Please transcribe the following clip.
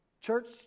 Church